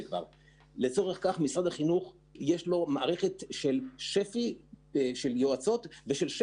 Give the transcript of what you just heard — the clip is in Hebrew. לצורך כך יש למשרד החינוך את שפ"י ואת שפ"ח,